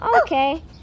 Okay